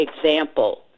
example